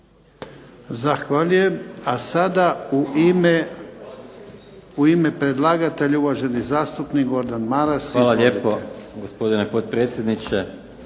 Zahvaljujem. A sada u ime predlagatelja, uvaženi zastupnik Gordan Maras. Izvolite. **Maras, Gordan